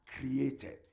created